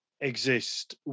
exist